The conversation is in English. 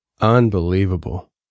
Unbelievable